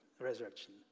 resurrection